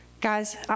Guys